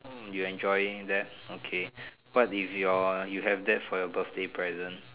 hmm you enjoying that okay what if your you have that for your birthday present